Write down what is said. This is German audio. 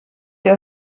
der